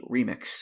Remix